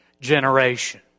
generation